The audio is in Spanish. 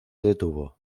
detuvo